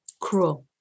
Cruel